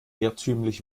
irrtümlich